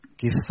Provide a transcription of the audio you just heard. Give